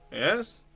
yes.